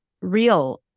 real